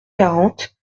quarante